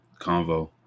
convo